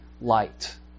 light